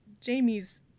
jamie's